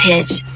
Pitch